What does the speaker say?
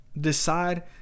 Decide